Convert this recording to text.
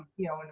you know, and